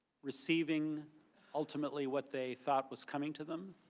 receiving ultimately what they thought was coming to them,